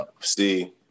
See